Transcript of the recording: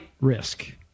risk